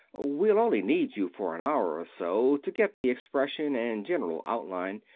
we'll only need you for an hour or so to get the expression and general outline.